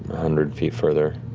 hundred feet further.